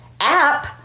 app